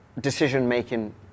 decision-making